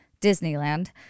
Disneyland